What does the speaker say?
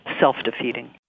self-defeating